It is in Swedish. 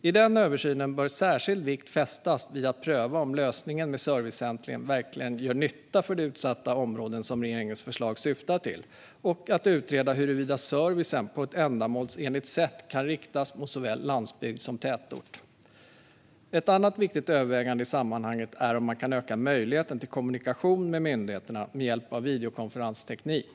I den översynen bör särskild vikt fästas vid att pröva om lösningen med servicecenter verkligen gör den nytta för de utsatta områdena som regeringens förslag syftar till och att utreda huruvida servicen på ett ändamålsenligt sätt kan riktas mot såväl landsbygd som tätort. Ett annat viktigt övervägande i sammanhanget är om man kan öka möjligheten till kommunikation med myndigheterna med hjälp av videokonferensteknik.